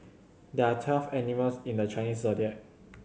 there are twelve animals in the Chinese Zodiac